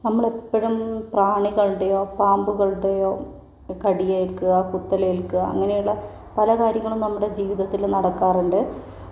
നമ്മള് എപ്പോഴും പ്രാണികളുടെയോ പാമ്പുകളുടെയോ കടിയേൽക്കുക കുത്തലേൽക്കുക അങ്ങനെയുള്ള പലകാര്യങ്ങളും നമ്മുടെ ജീവിതത്തിൽ നടക്കാറുണ്ട്